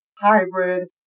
hybrid